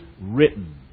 written